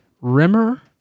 Rimmer